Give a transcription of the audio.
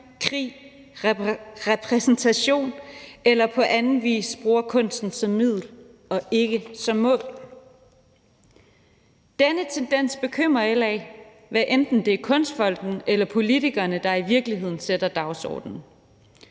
krig og repræsentation eller på anden vis bruger kunsten som middel og ikke som mål. Denne tendens bekymrer LA, hvad enten det er Kunstfonden eller politikerne, der i virkeligheden sætter dagsordenen.